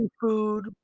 food